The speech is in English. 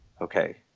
okay